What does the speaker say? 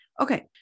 Okay